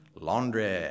Laundry